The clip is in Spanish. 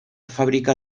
fábrica